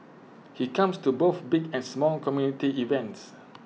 he comes to both big and small community events